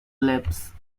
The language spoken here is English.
lips